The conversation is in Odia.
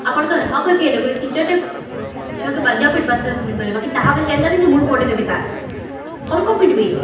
ଆପଣଙ୍କର ହକ ଅଛି ଯେ ଗୋଟେ ଟିଚରଟେ ଛୁଆକେ ବାଧ୍ୟ ପିଟ୍ବ ଭୁଲ କଲେ ବାକି ତାହା ବୋଲେ ଏନ୍ତା ନାଇଁ ସେ ମୁହଁ ଫଟେଇଦେବେ ତାର୍ କମ୍ କମ୍ ପିଟବେ